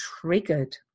triggered